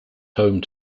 home